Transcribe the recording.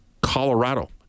Colorado